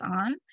on